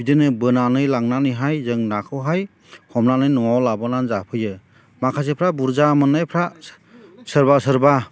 बिदिनो बोनानै लांनानैहाय जों नाखौहाय हमनानै न'आव लाबोनानै जाफैयो माखासेफ्रा बुरजा मोननायफ्रा सोरबा सोरबा